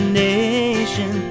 nation